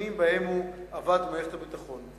שנים שבהן הוא עבד במערכת הביטחון.